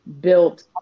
built